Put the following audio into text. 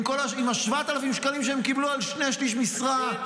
עם ה-7,000 שקלים שקיבלנו על שני שלישים משרה.